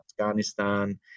Afghanistan